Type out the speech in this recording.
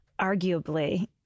arguably